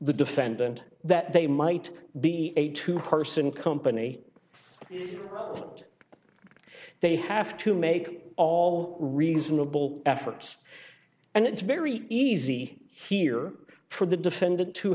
the defendant that they might be a two herson company and they have to make all reasonable efforts and it's very easy here for the defendant to